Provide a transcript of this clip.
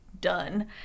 done